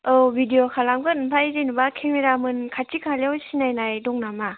औ भिदिय' खालामगोन ओमफ्राय जेनेबा केमेरामेन खाथि खालायाव सिनायनाय दं नामा